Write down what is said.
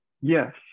Yes